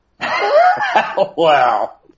Wow